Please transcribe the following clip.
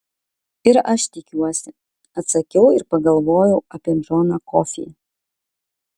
ir aš tikiuosi atsakiau ir pagalvojau apie džoną kofį